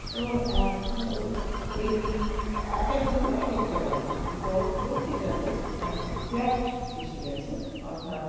এবং এমনি এক এক জনের এক একটা বাড়ি থাকত পরবর্তীকালে এক ফ্ল্যাট এসে গেছে অর্থাৎ